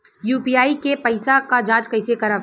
UPI के पैसा क जांच कइसे करब?